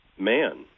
man